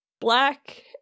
black